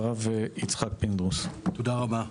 תודה רבה.